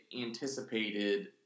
anticipated